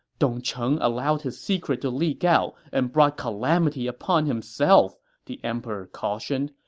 dong cheng allowed his secret to leak out and brought calamity upon himself, the emperor cautioned,